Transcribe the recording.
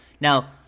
Now